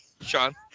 Sean